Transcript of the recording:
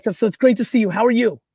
so so it's great to see you. how are you?